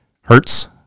Hertz